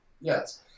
Yes